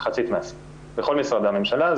מחצית מהסכום לכל משרדי הממשלה.